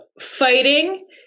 fighting